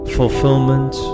fulfillment